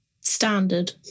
Standard